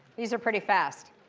these are pretty fast.